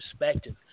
perspective